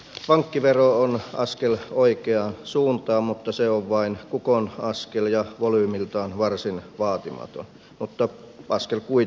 pankkivero on askel oikeaan suuntaan mutta se on vain kukonaskel ja volyymiltaan varsin vaatimaton mutta askel kuitenkin